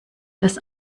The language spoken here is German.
dass